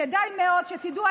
כדאי מאוד שתדעו.